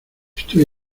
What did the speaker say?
estoy